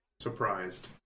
Surprised